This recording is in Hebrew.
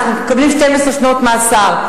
אנחנו מקבלים 12 שנות מאסר,